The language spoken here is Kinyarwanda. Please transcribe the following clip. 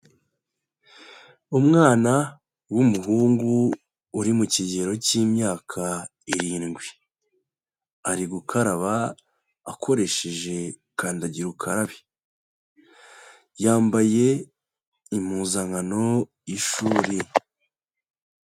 Umwana w'umuhungu uri mu kigero cy'imyaka irindwi, ari gukaraba akoresheje kandagira ukarabe, yambaye impuzankano y'ishuri.